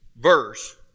verse